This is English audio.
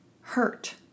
hurt